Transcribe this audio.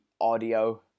audio